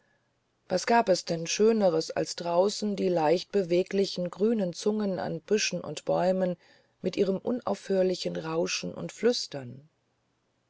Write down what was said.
was gab es denn schöneres als draußen die leichtbeweglichen grünen zungen an büschen und bäumen mit ihrem unaufhörlichen rauschen und flüstern